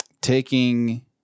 Taking